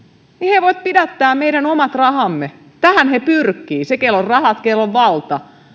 he voivat pidättää meidän omat rahamme tähän he pyrkivät kenellä on rahat sillä on valta